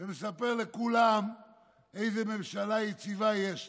ומספר לכולם איזו ממשלה יציבה יש לו,